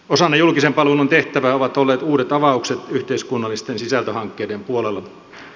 osana julkisen palvelun tehtävää ovat olleet uudet avaukset yhteiskunnallisten sisältöhankkeiden puolella